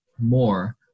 more